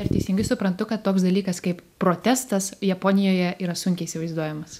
ar teisingai suprantu kad toks dalykas kaip protestas japonijoje yra sunkiai įsivaizduojamas